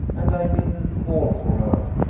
and i didn't call for her!